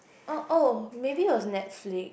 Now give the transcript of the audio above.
oh oh maybe it was Netflix